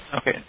Okay